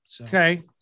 Okay